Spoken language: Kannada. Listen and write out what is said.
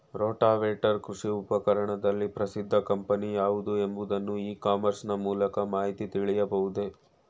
ರೋಟಾವೇಟರ್ ಕೃಷಿ ಉಪಕರಣದಲ್ಲಿ ಪ್ರಸಿದ್ದ ಕಂಪನಿ ಯಾವುದು ಎಂಬುದನ್ನು ಇ ಕಾಮರ್ಸ್ ನ ಮೂಲಕ ಮಾಹಿತಿ ತಿಳಿಯಬಹುದೇ?